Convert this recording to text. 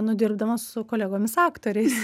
nu dirbdamas su kolegomis aktoriais